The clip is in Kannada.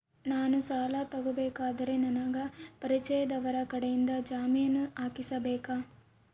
ನಾನು ಸಾಲ ತಗೋಬೇಕಾದರೆ ನನಗ ಪರಿಚಯದವರ ಕಡೆಯಿಂದ ಜಾಮೇನು ಹಾಕಿಸಬೇಕಾ?